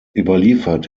überliefert